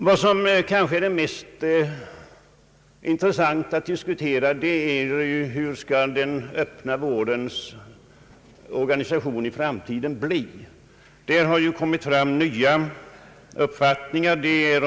Vad som kanske är mest intressant att diskutera är hur den öppna vårdens organisation i framtiden skall bli. Där har nya uppfattningar kommit fram.